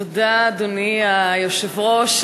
תודה, אדוני היושב-ראש.